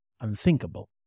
unthinkable